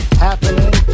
happening